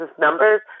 numbers